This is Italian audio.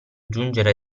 giungere